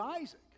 Isaac